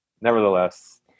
Nevertheless